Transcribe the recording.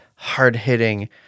hard-hitting